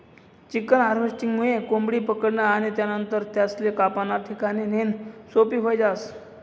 chicken हार्वेस्टरमुये कोंबडी पकडनं आणि त्यानंतर त्यासले कापाना ठिकाणे नेणं सोपं व्हयी जास